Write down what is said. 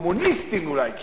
קומוניסטיים אולי כמעט,